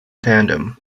tandem